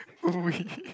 we